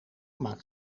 maakt